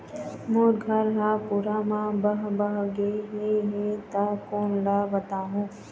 मोर घर हा पूरा मा बह बह गे हे हे ता कोन ला बताहुं?